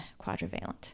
quadrivalent